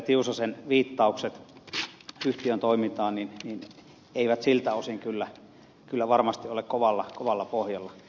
tiusasen viittaukset yhtiön toimintaan eivät siltä osin kyllä varmasti ole kovalla pohjalla